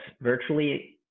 virtually